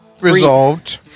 Resolved